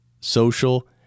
social